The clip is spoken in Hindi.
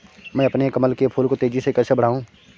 मैं अपने कमल के फूल को तेजी से कैसे बढाऊं?